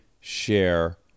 share